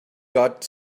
got